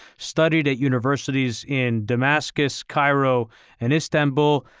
studied at universities in damascus, cairo and istanbul,